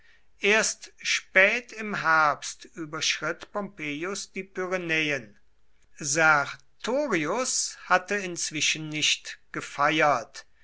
erst spät im herbst überschritt pompeius die pyrenäen sertorius hatte inzwischen nicht gefeiert